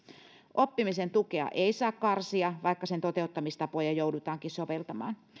oppimisen tukea ei saa karsia vaikka sen toteuttamistapoja joudutaankin soveltamaan